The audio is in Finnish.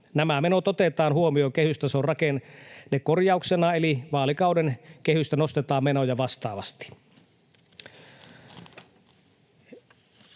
Nämä menot otetaan huomioon kehystason rakennekorjauksena, eli vaalikauden kehystä nostetaan menoja vastaavasti.